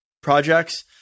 projects